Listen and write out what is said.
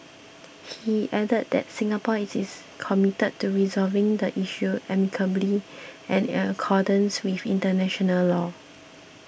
he added that Singapore is is committed to resolving the issue amicably and in accordance with international law